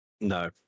No